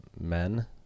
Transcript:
men